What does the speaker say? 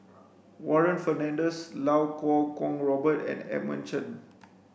Warren Fernandez Iau Kuo Kwong Robert and Edmund Chen